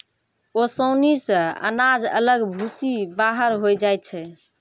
ओसानी से अनाज अलग भूसी बाहर होय जाय छै